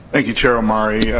thank you, chair omari. yeah